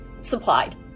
supplied